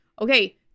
okay